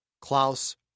Klaus